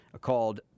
called